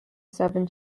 seven